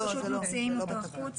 אנחנו פשוט מוציאים אותו החוצה.